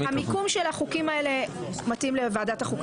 המיקום של החוקים האלה מתאים לוועדת החוקה,